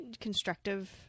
constructive